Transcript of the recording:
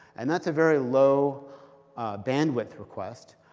and that's a very low bandwidth request,